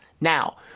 Now